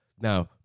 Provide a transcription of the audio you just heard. now